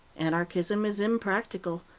anarchism is impractical,